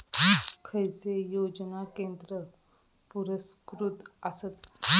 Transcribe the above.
खैचे योजना केंद्र पुरस्कृत आसत?